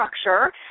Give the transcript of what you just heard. Structure